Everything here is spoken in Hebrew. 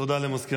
למזכיר